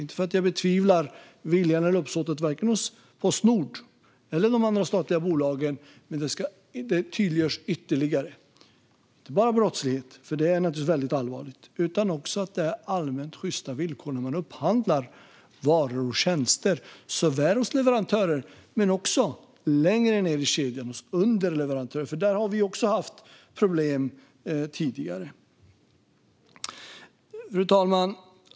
Inte för att jag betvivlar viljan eller uppsåtet vare sig hos Postnord eller hos de andra statliga bolagen, men det ska tydliggöras ytterligare. Det är inte bara fråga om brottslighet - det är naturligtvis allvarligt - utan det ska också vara allmänt sjysta villkor i upphandlingen av varor och tjänster såväl hos leverantörer som längre ned i kedjan hos underleverantörer. Där har det också varit problem tidigare. Fru talman!